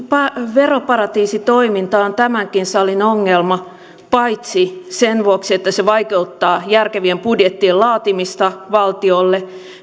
veroparatiisitoiminta on tämänkin salin ongelma paitsi sen vuoksi että se vaikeuttaa järkevien budjettien laatimista valtiolle